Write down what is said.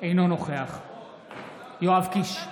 אינו נוכח יואב קיש,